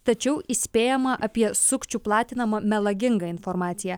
tačiau įspėjama apie sukčių platinamą melagingą informaciją